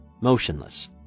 Motionless